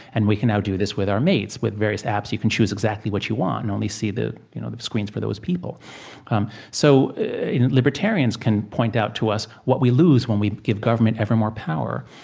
and we can now do this with our mates, with various apps, you can choose exactly what you want and only see the you know the screens for those people um so libertarians can point out to us what we lose when we give government ever more power.